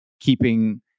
keeping